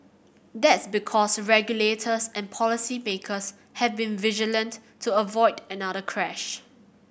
that's because regulators and policy makers have been vigilant to avoid another crash